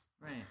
Right